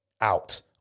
out